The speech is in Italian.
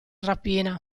rapina